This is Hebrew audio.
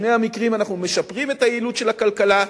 בשני המקרים אנחנו משפרים את היעילות של הכלכלה,